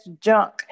junk